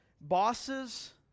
Bosses